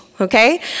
okay